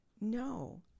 No